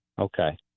Okay